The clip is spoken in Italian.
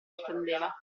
attendeva